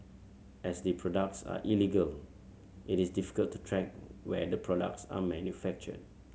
as the products are illegal it is difficult to track where the products are manufactured